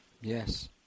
Yes